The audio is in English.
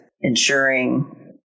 ensuring